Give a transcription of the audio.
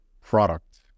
product